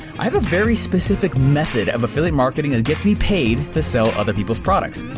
i have a very specific method of affiliate marketing and gets me paid to sell other people's products.